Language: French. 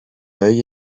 œil